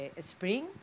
spring